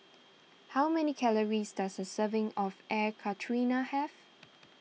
how many calories does a serving of Air Karthira have